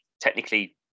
technically